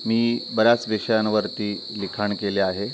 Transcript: मी बऱ्याच विषयांवरती लिखाण केले आहे